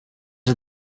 are